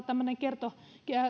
tämmöinen